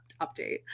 update